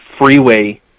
freeway